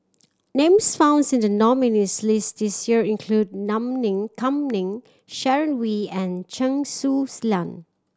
names founds in the nominees' list this year include Nam Ning Kam Ning Sharon Wee and Chen Su Lan